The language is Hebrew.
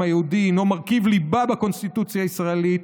היהודי הוא מרכיב ליבה בקונסטיטוציה הישראלית,